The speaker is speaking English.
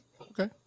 Okay